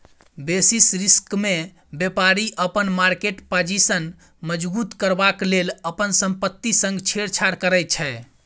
basis रिस्कमे बेपारी अपन मार्केट पाजिशन मजगुत करबाक लेल अपन संपत्ति संग छेड़छाड़ करै छै